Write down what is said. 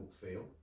feel